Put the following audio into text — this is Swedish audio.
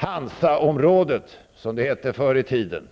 Hansaområdet, som det hette förr i tiden,